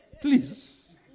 Please